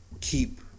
keep